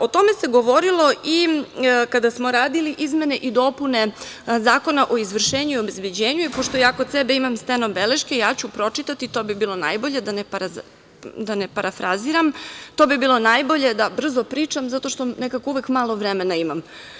O tome se govorilo i kada smo radili izmene i dopune Zakona o izvršenju i obezbeđenju i pošto ja kod sebe imam steno beleške ja ću pročitati, to bi bilo najbolje da ne parafraziram, to bi bilo najbolje da brzo pričam, zato što nekako uvek malo vremena imam.